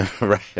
right